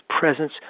presence